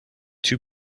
two